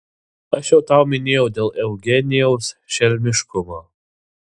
aš jau tau minėjau dėl eugenijaus šelmiškumo